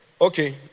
Okay